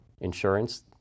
insurance